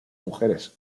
mujeres